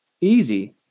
Easy